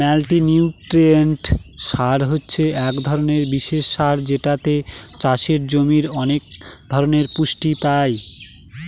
multinutrient সার হছে এক ধরনের বিশেষ সার যেটাতে চাষের জমির অনেক ধরনের পুষ্টি পাই